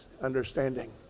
understanding